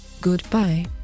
Goodbye